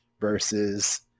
versus